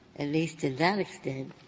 at least to that extent,